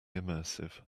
immersive